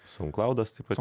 saundklaudas taip pat